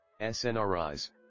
SNRIs